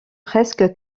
presque